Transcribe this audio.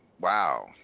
Wow